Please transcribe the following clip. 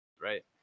right